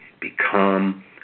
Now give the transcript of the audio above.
become